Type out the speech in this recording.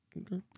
Okay